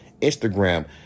instagram